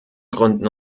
gründen